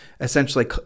essentially